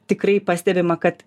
tikrai pastebima kad